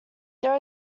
there